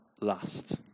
last